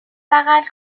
بغل